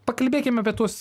pakalbėkim apie tuos